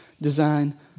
design